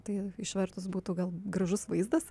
tai išvertus būtų gal gražus vaizdas